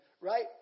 right